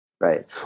Right